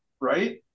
right